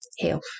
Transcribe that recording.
health